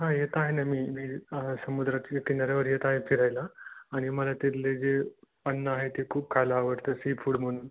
हां येत आहे ना मी मी समुद्रातल्या किनाऱ्यावर येत आहे फिरायला आणि मला तिथली जी अन्न आहे ते खूप खायला आवडतं सी फूड म्हणून